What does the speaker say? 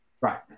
Right